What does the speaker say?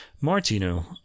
Martino